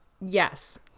yes